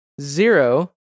zero